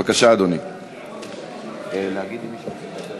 לפשרה שגם מחזקת את החקלאים